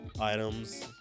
items